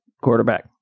quarterback